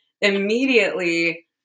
immediately